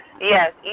Yes